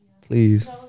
Please